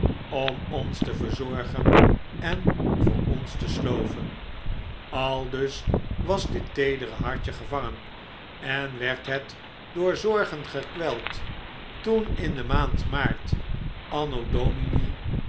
om ons te verzorgen en voor ons te sloven aldus was dit teedere hartje gevangen en werd het door zorgen gekweld toen in de maand maart anno domini